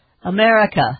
America